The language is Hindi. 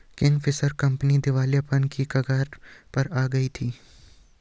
किंगफिशर कंपनी दिवालियापन की कगार पर आ गई थी